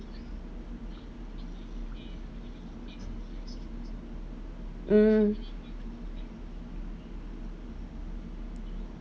mm